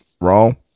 Wrong